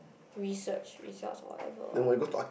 research results or whatever what